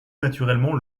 naturellement